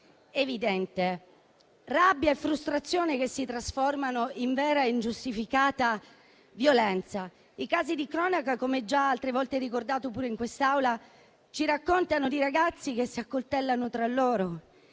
evidente: rabbia e frustrazione si trasformano in vera e ingiustificata violenza. I casi di cronaca, come già altre volte ricordato in quest'Aula, ci raccontano di ragazzi che si accoltellano tra loro,